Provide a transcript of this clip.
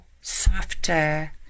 softer